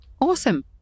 awesome